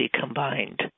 combined